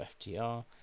FTR